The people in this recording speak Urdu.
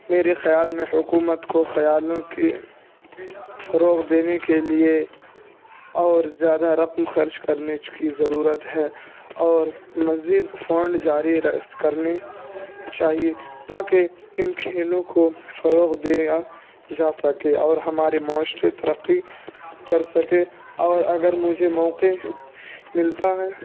میرے خیال میں حکومت کو خیالوں کے فروغ دینے کے لیے اور زیادہ رقم خرچ کرنے کی ضرورت ہے اور مزید فنڈ جاری کرنے چاہیے تا کہ ان کھیلوں کو فروغ دیا جا سکے اور ہمارے معاشرے ترقی کر سکے اور اگر مجھے موقعے ملتا ہے